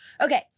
Okay